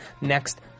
next